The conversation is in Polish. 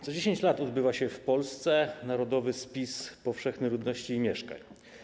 Co 10 lat odbywa się w Polsce narodowy spis powszechny ludności i mieszkań.